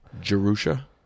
Jerusha